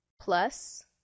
plus